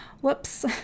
Whoops